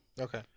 Okay